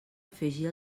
afegir